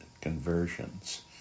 conversions